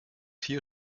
vier